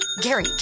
Gary